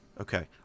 Okay